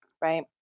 right